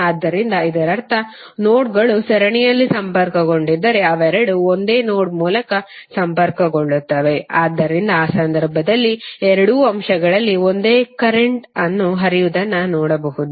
ಆದ್ದರಿಂದ ಇದರರ್ಥ ನೋಡ್ಗಳು ಸರಣಿಯಲ್ಲಿ ಸಂಪರ್ಕಗೊಂಡಿದ್ದರೆ ಅವೆರಡೂ ಒಂದೇ ನೋಡ್ ಮೂಲಕ ಸಂಪರ್ಕಗೊಳ್ಳುತ್ತವೆ ಆದ್ದರಿಂದ ಆ ಸಂದರ್ಭದಲ್ಲಿ ಎರಡೂ ಅಂಶಗಳಲ್ಲಿ ಒಂದೇ ಕರೆಂಟ್ಅನ್ನು ಹರಿಯುವುದನ್ನು ನೋಡಬಹುದು